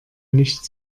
nicht